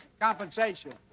compensation